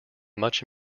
much